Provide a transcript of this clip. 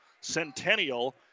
Centennial